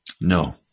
No